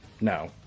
No